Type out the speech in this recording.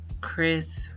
Chris